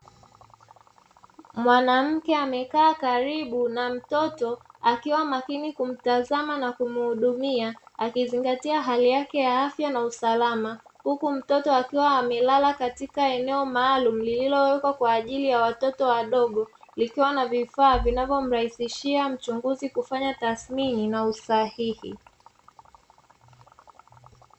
Mwanamke amekaa karibu na mtoto akiwa makini kumtazama na kumhudumia, akizingatia hali yake ya afya na usalama huku mtoto akiwa amelala katika eneo maalumu lililowekwa kwa ajili ya watoto wadogo likiwa na vifaa vinavyomrahisishia mchunguzi kufanya tathmini na usahihi.